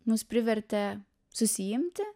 mus privertė susiimti